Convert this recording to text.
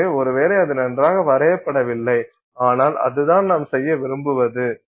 எனவே ஒருவேளை அது நன்றாக வரையப்படவில்லை ஆனால் அதுதான் நாம் செய்ய விரும்புவது